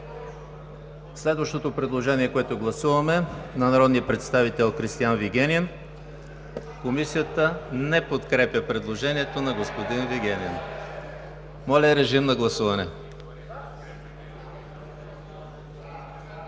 Следващото предложение, което гласуваме, е на народния представител Кристиан Вигенин. Комисията не подкрепя предложението на господин Вигенин. (Оживление.) Моля, гласувайте.